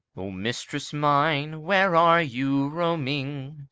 o mistress mine, where are you roaming?